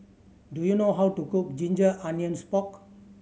do you know how to cook ginger onions pork